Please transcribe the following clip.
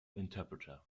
interpreter